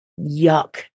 yuck